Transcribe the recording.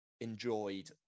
enjoyed